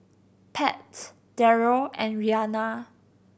Pat Darrel and Rhianna